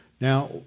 Now